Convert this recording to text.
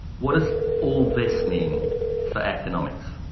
what does all this mean for economics?